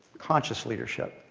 conscious leadership.